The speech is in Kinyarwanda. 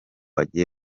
agiye